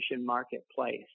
marketplace